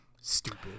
Stupid